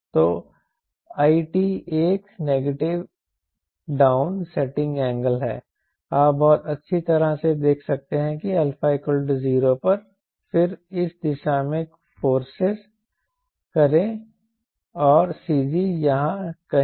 तो i t एक negative down setting angle है आप बहुत अच्छी तरह से देख सकते हैं कि α 0 पर फिर इस दिशा में फोर्से करें और CG यहां कहीं